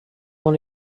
dans